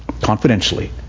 Confidentially